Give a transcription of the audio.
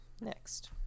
next